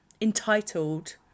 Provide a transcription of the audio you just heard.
entitled